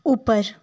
اوپر